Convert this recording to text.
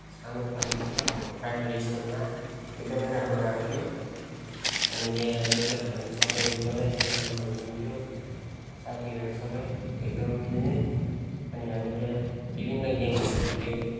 सानोपन चाहिँ अब प्राइमेरी स्कुलमा एकदमै राम्रो गएको थियो अनि त्यहाँ टिचरहरू पनि सबै एकदमै राम्रो हुनुहुन्थ्यो साथीहरू सबै एकदम मिल्ने अनि हामी त्यहाँ विभिन्न गेमहरू खेल्थ्यौँ